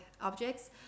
objects